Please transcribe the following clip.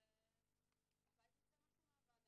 אז הלוואי שייצא משהו מהוועדה,